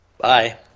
Bye